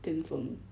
巅峰